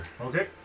Okay